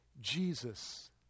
Jesus